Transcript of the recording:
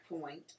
point